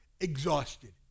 exhausted